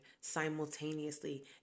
simultaneously